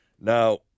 Now